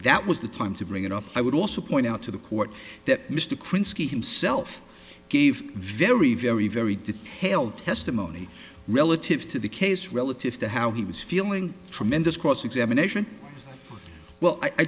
that was the time to bring it up i would also point out to the court that mr krinsky himself gave very very very detailed testimony relative to the case relative to how he was feeling tremendous cross examination well i